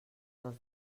dels